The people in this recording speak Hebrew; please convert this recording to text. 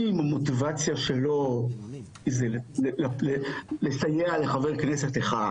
אם המוטיבציה שלו זה לסייע לחבר כנסת אחד,